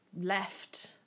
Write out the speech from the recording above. left